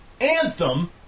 Anthem